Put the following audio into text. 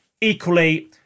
Equally